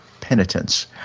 penitence